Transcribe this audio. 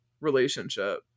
relationship